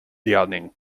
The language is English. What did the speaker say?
liaoning